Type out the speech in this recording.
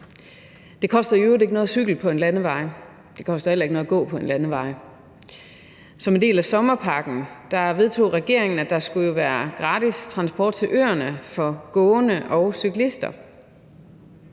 Det koster i øvrigt ikke noget at cykle på en landevej. Det koster heller ikke noget at gå på en landevej. Som en del af sommerpakken vedtog regeringen, at der skulle være gratis transport til øerne for gående og cyklister.